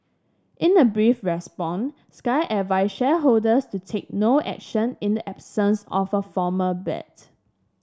in a brief response Sky advised shareholders to take no action in the absence of a formal bid